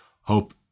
hope